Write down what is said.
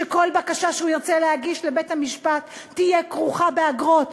שכל בקשה שהוא ירצה להגיש לבית-המשפט תהיה כרוכה באגרות.